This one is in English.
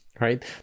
right